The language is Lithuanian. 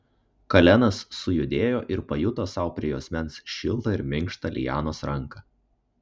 kalenas sujudėjo ir pajuto sau prie juosmens šiltą ir minkštą lianos ranką